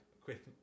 quick